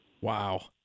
Wow